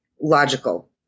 logical